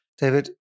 David